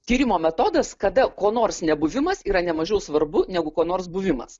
tyrimo metodas kada ko nors nebuvimas yra nemažiau svarbu negu ko nors buvimas